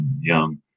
young